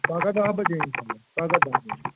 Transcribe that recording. پَگاہ دَہ بجے اِنشاء اللہ پَگاہ دَہ بجے